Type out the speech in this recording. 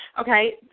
Okay